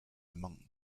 among